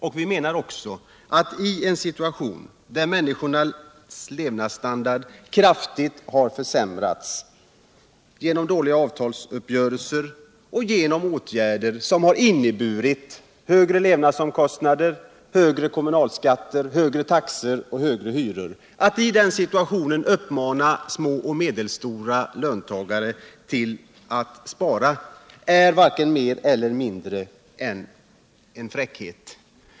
Detta sker i en situation där människornas levnadsstandard kraftigt har försämrats genom dåliga avtalsuppgörelser och genom åtgärder som inneburit högre levnadsomkostnader, högre kommunalskatter, högre taxor och högre hyror. Attiden situationen uppmana små och medelstora löntagare att spara är varken mer eller mindre än en fräckhet.